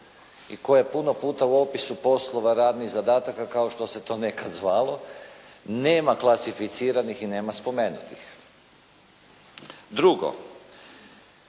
i koja je puno puta u opisu poslova i radnih zadataka kao što se to nekad zvalo nema klasificiranih i nema spomenutih. Drugo,